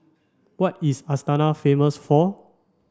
what is Astana famous for